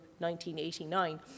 1989